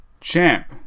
Champ